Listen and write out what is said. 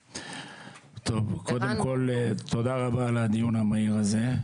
תודה רבה על הדיון המהיר הזה.